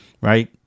right